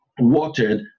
watered